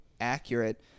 accurate